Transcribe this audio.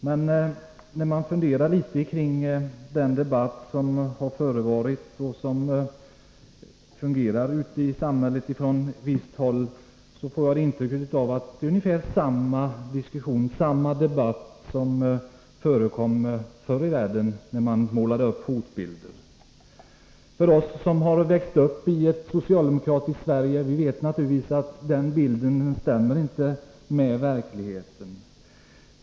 Men när jag hade funderat litet kring den debatt som har förevarit, som den förs ute i samhället från visst håll, får jag intrycket att det är ungefär samma diskussion som den som förekom förr i världen när man målade upp hotbilder. Vi som har vuxit upp i ett socialdemokratiskt Sverige vet naturligtvis att den bilden inte stämmer med verkligheten.